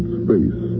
space